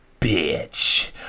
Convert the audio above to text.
bitch